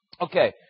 Okay